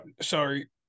sorry